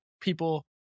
people